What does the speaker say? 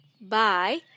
Bye